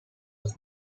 was